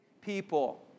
people